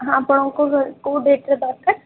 ହଁ ଆପଣଙ୍କୁ କୋଉ ଡେଟ୍ରେ ଦରକାର